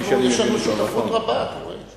נו, אז יש לנו שותפות רבה, אתה רואה?